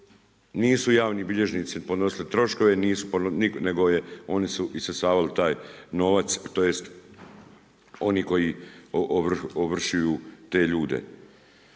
Nisu javni bilježnici podnosili troškove, nisu nego oni su isisavali taj novac tj. oni koji ovršuju te ljude.